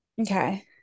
Okay